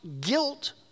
guilt